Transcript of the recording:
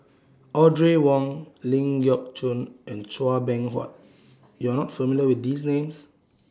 Audrey Wong Ling Geok Choon and Chua Beng Huat YOU Are not familiar with These Names